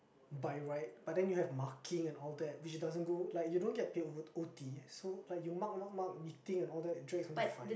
by right but then you have marking and all that which doesn't go like you don't get paid for O_T so like you mark mark mark you think and all that it drags until like five